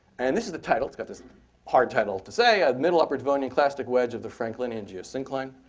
and this is the title. it's got this hard title to say. ah middle upper devonian clastic wedge of the franklinian geosyncline,